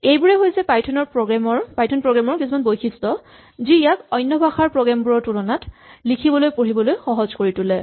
এইবোৰেই হৈছে Python program ৰ কিছুমান বৈশিষ্ট যি ইয়াক অন্য ভাষাৰ প্ৰগ্ৰেম বোৰৰ তুলনাত লিখিবলৈ পঢ়িবলৈ সহজ কৰি তোলে